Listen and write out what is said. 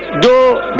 da